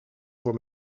voor